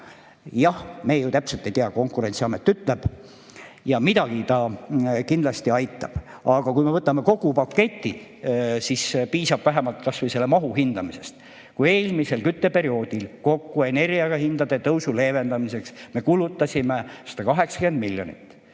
Jah, me ju täpselt seda ei tea, Konkurentsiamet ütleb. Ja midagi ta kindlasti aitab. Aga kui me võtame kogu paketi, siis piisab vähemalt kasvõi selle mahu hindamisest. Eelmisel kütteperioodil me kulutasime energiahindade tõusu leevendamiseks kokku 180 miljonit